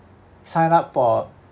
s~ sign up for